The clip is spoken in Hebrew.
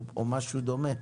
או משהו דומה?